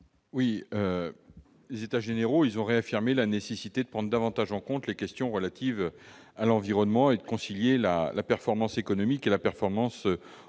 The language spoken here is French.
? Les États généraux de l'alimentation ont réaffirmé la nécessité de prendre davantage en compte les questions relatives à l'environnement et de concilier la performance économique et la performance environnementale.